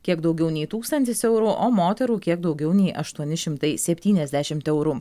kiek daugiau nei tūkstantis eurų o moterų kiek daugiau nei aštuoni šimtai septyniasdešim eurų